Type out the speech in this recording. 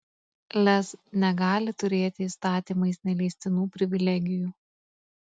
lez negali turėti įstatymais neleistinų privilegijų